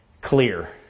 clear